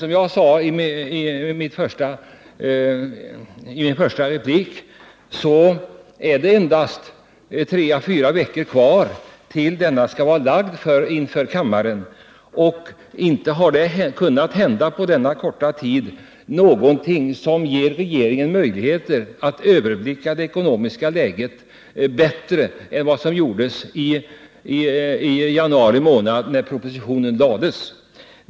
Som jag tidigare sade dröjer det bara tre å fyra veckor innan kompletteringspropositionen ligger på kammarens bord. Inte har det under den korta tid som gått sedan budgetpropositionen framlades hänt någonting som ger regeringen möjligheter att nu bättre överblicka det ekonomiska läget.